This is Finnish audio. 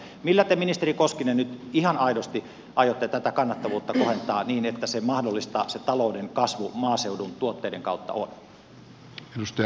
millä te ministeri koskinen nyt ihan aidosti aiotte tätä kannattavuutta kohentaa niin että se talouden kasvu on mahdollista maaseudun tuotteiden kautta